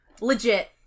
Legit